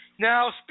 Now